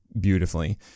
beautifully